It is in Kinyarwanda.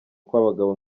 kw’abagabo